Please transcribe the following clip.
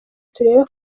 turebe